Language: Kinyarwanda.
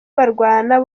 barwana